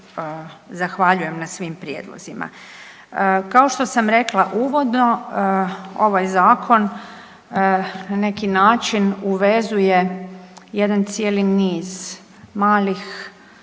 zahvaljujem na svim prijedlozima. Kao što sam rekla uvodno ovaj zakon na neki način uvezuje jedan cijeli niz malih